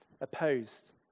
opposed